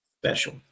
special